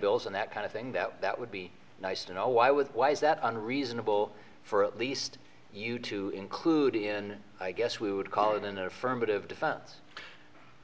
handbills and that kind of thing that that would be nice to know why would why is that unreasonable for at least you to include in i guess we would call it an affirmative defense